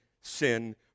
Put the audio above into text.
sin